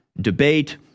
debate